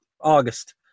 August